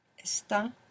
Está